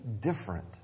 different